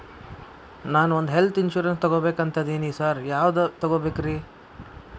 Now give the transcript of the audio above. ನಾನ್ ಒಂದ್ health insurance ತಗಬೇಕಂತಿದೇನಿ sir ಯಾವದ ತಗಬೇಕ್ರಿ?